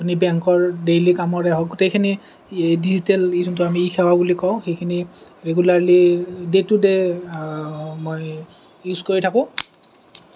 আপুনি বেংকৰ ডেইলি কামৰে হওঁক গোটেইখিনি ডিজিটেল আমি যিটো ই সেৱা বুলি কওঁ সেইখিনি ৰেগুলাৰলি ডে দু ডে মই ইউজ কৰি থাকোঁ